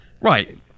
Right